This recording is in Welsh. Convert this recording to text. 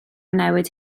newid